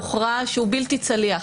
הוכרע שהוא בלתי צליח.